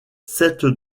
sept